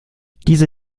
diese